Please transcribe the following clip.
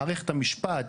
מערכת המשפט,